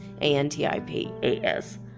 A-N-T-I-P-A-S